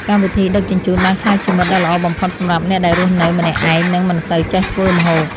កម្មវិធីដឹកជញ្ជូនបានក្លាយជាមិត្តដ៏ល្អបំផុតសម្រាប់អ្នកដែលរស់នៅម្នាក់ឯងនិងមិនសូវចេះធ្វើម្ហូប។